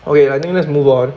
okay I think let's move on